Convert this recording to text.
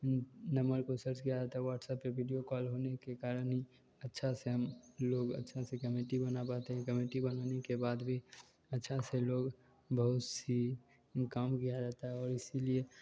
उन नम्मर को सर्च किया जाता है व्हाट्सऐप पे बिडियो कॉल होने के कारण ही अच्छा से हम लोग अच्छा से कमेटी बना पाते हैं कमेटी बनाने के बाद भी अच्छा से लोग बहुत सी काम किया जाता है और इसीलिए